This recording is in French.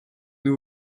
nous